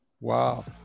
Wow